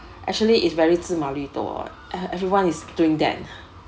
actually is very 芝麻绿豆 uh everyone is doing that